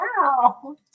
Wow